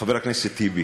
חבר הכנסת טיבי,